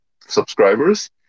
subscribers